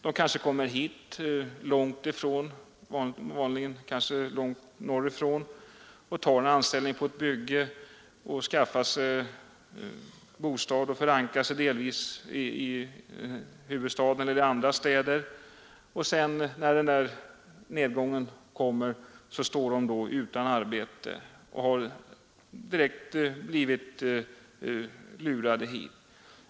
Man kanske kommer hit långt norrifrån och tar en anställning på ett bygge, skaffar sig bostad och förankrar sig här i huvudstaden eller i andra städer, och sedan när nedgången kommer står man utan arbete och har direkt blivit lurad hit.